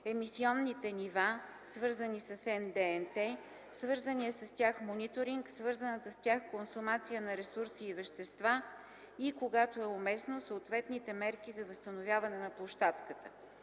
емисионните нива, свързани с НДНТ, свързания с тях мониторинг, свързаната с тях консумация на ресурси и вещества и, когато е уместно – съответните мерки за възстановяване на площадката.